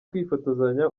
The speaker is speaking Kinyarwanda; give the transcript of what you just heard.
kwifotozanya